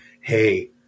hey